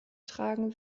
tragen